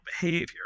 behavior